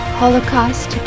holocaust